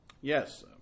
Yes